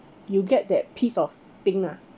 you get that piece of thing lah